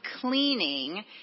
cleaning